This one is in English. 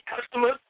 customers